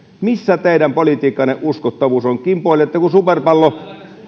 missä teidän politiikkanne uskottavuus on kimpoilette kuin superpallo